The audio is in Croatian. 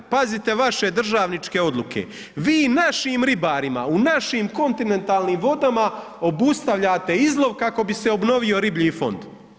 Pazite vaše državničke odluke, vi našim ribarima u našim kontinentalnim vodama obustavljate izlov kako bi se obnovio riblji fond?